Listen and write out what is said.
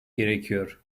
gerekiyor